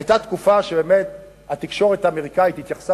היתה תקופה שהתקשורת האמריקנית התייחסה